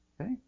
Okay